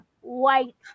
white